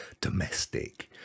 domestic